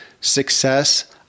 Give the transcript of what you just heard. success